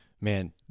man